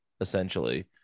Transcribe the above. essentially